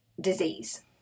disease